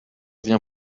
viens